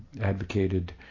advocated